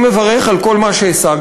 אני מברך על כל מה שהשגנו,